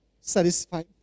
satisfied